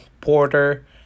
porter